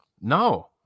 No